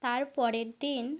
তার পরের দিন